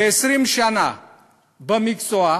כ-20 שנה במקצוע,